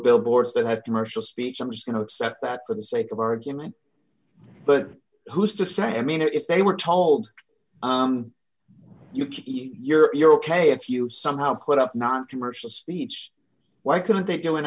billboards that have commercial speech i'm just going to accept that for the sake of argument but who's to say i mean if they were told you keep your you're ok if you somehow cut off noncommercial speech why couldn't they do and